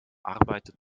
arbeitet